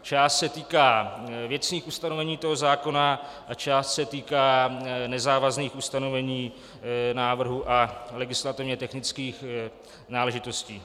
Část se týká věcných ustanovení toho zákona a část se týká nezávazných ustanovení návrhů a legislativně technických náležitostí.